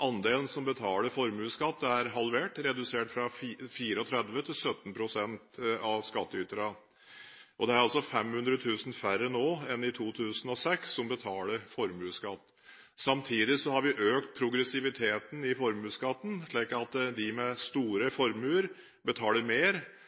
Andelen som betaler formuesskatt, er halvert – redusert fra 34 pst. til 17 pst. av skattyterne. Det er 500 000 færre nå enn i 2006 som betaler formuesskatt. Samtidig har vi økt progressiviteten i formuesskatten, slik at de med store